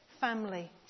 family